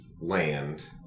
land